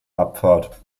abfahrt